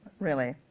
really,